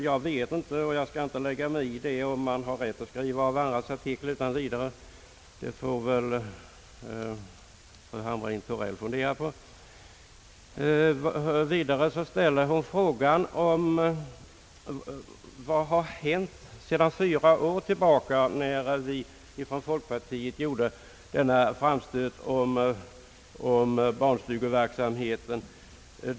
Jag vet inte — och jag skall inte heller lägga mig i det — om man har rätt att skriva av andras artiklar utan vidare. Det får väl fru Hamrin-Thorell själv fundera över. Vidare frågar fru Hamrin-Thorell vad som har hänt under de fyra år som gått sedan folkpartiet gjorde sin framstöt i fråga om barnstugeverksamheten.